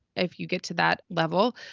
if you get to that level,